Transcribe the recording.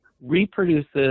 reproduces